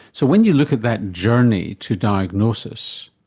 so when you look at that journey to diagnosis,